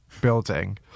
building